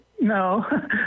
No